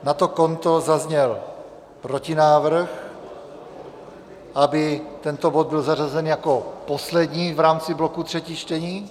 Na to konto zazněl protinávrh, aby tento bod byl zařazen jako poslední v rámci bloku třetích čtení.